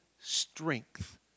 strength